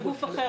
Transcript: ל"גוף אחר",